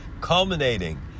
culminating